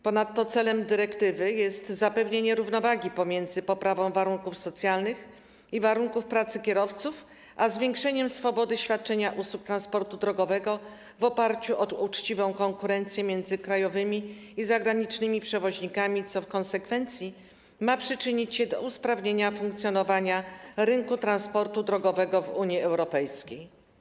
Ponadto celem dyrektywy jest zapewnienie równowagi pomiędzy poprawą warunków socjalnych i warunków pracy kierowców a zwiększeniem swobody świadczenia usług transportu drogowego w oparciu o uczciwą konkurencję między krajowymi i zagranicznymi przewoźnikami, co w konsekwencji ma przyczynić się do usprawnienia funkcjonowania rynku transportu drogowego w Unii Europejskiej.